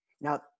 Now